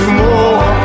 more